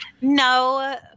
no